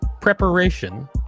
preparation